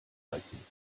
halten